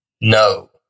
No